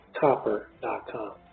copper.com